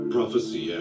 Prophecy